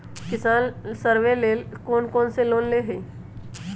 किसान सवे लेल कौन कौन से लोने हई?